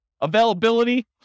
Availability